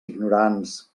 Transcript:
ignorants